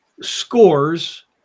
scores